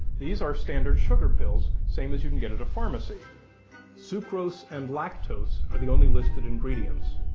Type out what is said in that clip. these are standard sugar pills, same as you can get at a pharmacy sucrose and lactose, are the only listed ingredients.